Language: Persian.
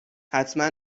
حتما